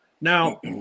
Now